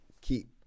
keep